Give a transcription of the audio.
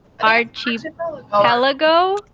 Archipelago